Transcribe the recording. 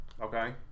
Okay